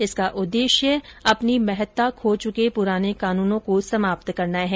इसका उद्देश्य अपनी महत्ता खो चुके पुराने कानूनो को समाप्त करना है